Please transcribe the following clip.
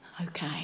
Okay